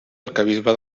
arquebisbe